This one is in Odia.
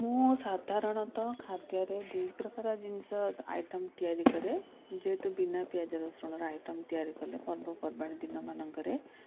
ମୁଁ ସାଧାରଣତଃ ଖାଦ୍ୟରେ ଦୁଇ ପ୍ରକାର ଜିନିଷ ଆଇଟମ୍ ତିଆରି କରେ ଯେହେତୁ ବିନା ପିଆଜ ରସୁଣର ଆଇଟମ୍ ତିଆରି କଲେ ପର୍ବପର୍ବାଣି ଦିନମାନଙ୍କରେ